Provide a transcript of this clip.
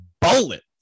bullet